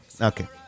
Okay